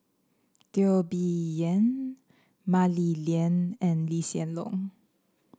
Teo Bee Yen Mah Li Lian and Lee Hsien Loong